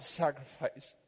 sacrifice